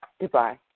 Goodbye